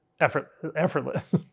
effortless